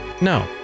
No